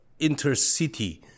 intercity